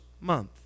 month